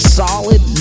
solid